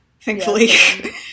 Thankfully